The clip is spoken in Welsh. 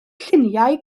lluniau